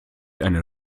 eine